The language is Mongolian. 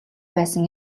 байсан